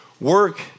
work